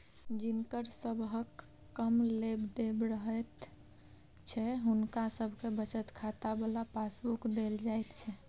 जिनकर सबहक कम लेब देब रहैत छै हुनका सबके बचत खाता बला पासबुक देल जाइत छै